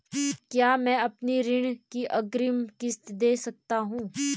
क्या मैं अपनी ऋण की अग्रिम किश्त दें सकता हूँ?